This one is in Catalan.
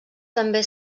també